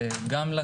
גמלא,